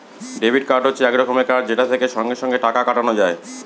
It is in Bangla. ডেবিট কার্ড হচ্ছে এক রকমের কার্ড যেটা থেকে সঙ্গে সঙ্গে টাকা কাটানো যায়